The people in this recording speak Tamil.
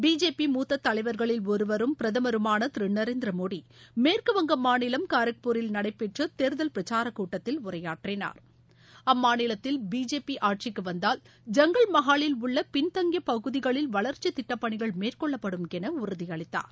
பிஜேபி மூத்த தலைவர்களில் ஒருவரும் பிரதமருமான திரு நரேந்திர மோடி மேற்கு வங்க மாநிலம் காரக்பூரில் நடைபெற்ற தேர்தல் பிரச்சார கூட அம்மாநிலத்தில் பிஜேபி ஆட்சிக்கு வந்தால் ஜங்கல் மஹாலில் உள்ள பின்தங்கிய பகுதிகளில் வளர்ச்சி திட்டப்பணிகள் மேற்கொள்ளப்படும் என உறுதியளித்தார்